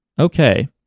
Okay